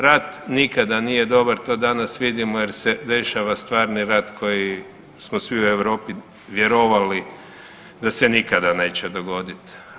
Rat nikada nije dobar to danas vidimo jer se dešava stvari rat koji smo svi u Europi vjerovali da se nikada neće dogoditi.